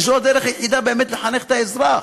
כי זו הדרך היחידה באמת לחנך את האזרח,